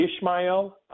Ishmael